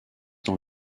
dans